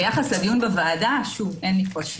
ביחס לדיון בוועדה אין לי קושי.